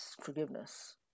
forgiveness